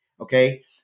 okay